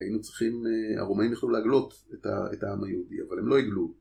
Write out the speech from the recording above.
היינו צריכים, הרומאים יכלו להגלות את העם היהודי, אבל הם לא הגלו.